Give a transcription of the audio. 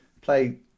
play